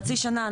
חצי שנה,